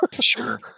Sure